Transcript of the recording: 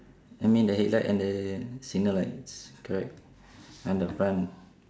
I mean the headlight and the signal lights correct on the front